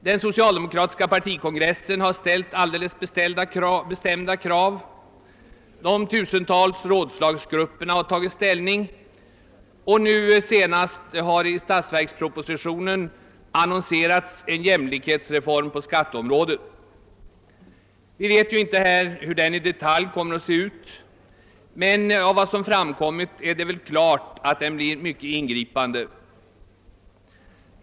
Den socialdemokratiska partikongressen har ställt alldeles bestämda krav, de tusentals rådslagsgrupperna har tagit ställning och nu senast har det i statsverkspropositionen annonserats en jämlikhetsreform på skatteområdet. Vi vet inte hur den kommer att se ut i detalj, men av vad som framkommit, är det klart att den blir mycket ingripande.